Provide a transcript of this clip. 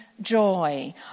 joy